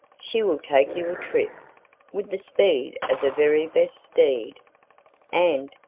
she will take you a trip with the speed of the very best steed and,